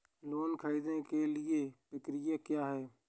Loan ख़रीदने के लिए प्रक्रिया क्या है?